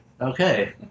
Okay